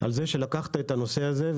על זה שלקחת את הנושא הזה,